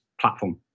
platform